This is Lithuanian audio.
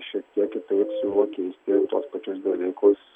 šiek tiek kitaip siūlo keisti tuos pačius dalykus